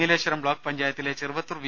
Nileshwaram block പഞ്ചായത്തിലെ Cheruvathur V